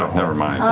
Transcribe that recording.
never mind.